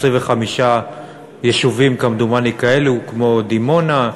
25 יישובים, כמדומני, כאלה, כמו דימונה,